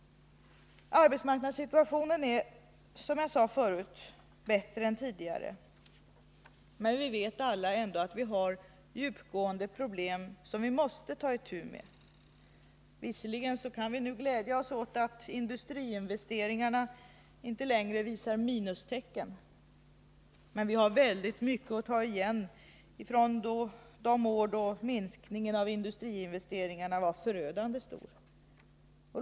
Arbetsmarknadssituationen är, som jag sade förut, bättre än tidigare, men vi vet ändå alla att vi har djupgående problem som vi måste ta itu med. Visserligen kan vi nu glädja oss åt att industriinvesteringarna inte längre visar minustecken. Men vi har väldigt mycket att ta igen från de år då minskningen av industriinvesteringarna var förödande stor.